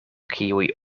kiuj